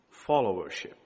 followership